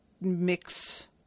mix